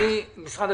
משרד הביטחון.